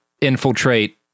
infiltrate